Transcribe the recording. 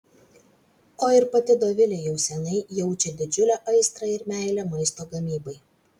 o ir pati dovilė jau seniai jaučia didžiulę aistrą ir meilę maisto gamybai